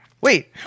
Wait